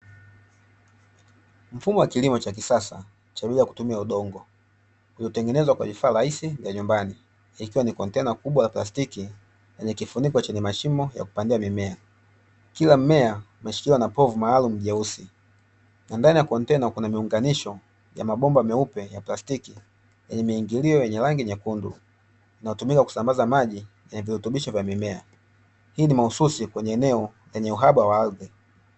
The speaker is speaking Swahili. Mfumo wa kilimo cha kisasa cha bila ya kutumia udongo, uliotengenezwa kwa vifaa rahisi vya nyumbani ikiwa ni kontena kubwa la plastiki lenye kifuniko chenye mashimo ya kupandia mimea. Kila mmea umeshikiliwa na povu maalumu jeusi na ndani ya kontena kuna miunganisho vya mabomba meupe ya plastiki; yenye miingilio yenye rangi nyekundu, unaotumika kusambaza maji yenye virutubisho vya mimea. Hii ni mahususi kwenye eneo lenye uhaba wa ardhi.